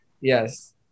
Yes